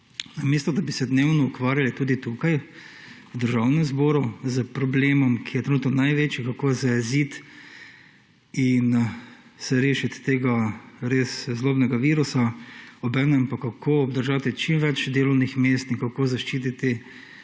Namesto da bi se dnevno ukvarjali tudi tukaj v Državnem zboru s problemom, ki je trenutno največji, kako zajeziti in se rešiti tega res zlobnega virusa, obenem pa, kako obdržati čim več delovnih mest in kako zaščititi